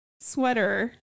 sweater